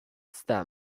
stand